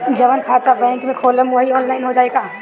जवन खाता बैंक में खोलम वही आनलाइन हो जाई का?